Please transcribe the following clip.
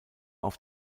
auf